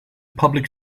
public